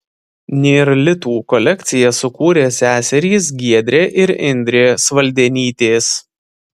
nėr litų kolekciją sukūrė seserys giedrė ir indrė svaldenytės